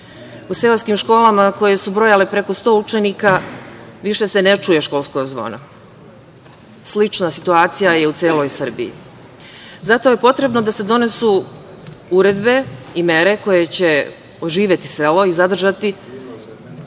U seoskim školama koje su brojale preko 100 učenika više se ne čuje školsko zvono. Slična situacija je u celoj Srbiji. Zato je potrebno da se donesu uredbe i mere koje će oživeti selo i zadržati,